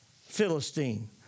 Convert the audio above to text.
Philistine